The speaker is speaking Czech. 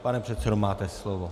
Pane předsedo, máte slovo.